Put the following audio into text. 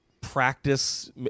practice